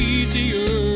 easier